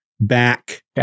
back